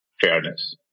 fairness